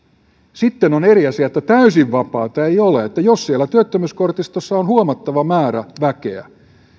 sitten on eri asia että täysin vapaata ei ole jos siellä työttömyyskortistossa on huomattava määrä väkeä